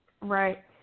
right